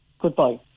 goodbye